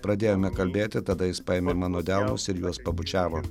pradėjome kalbėti tada jis paėmė mano delnus ir juos pabučiavo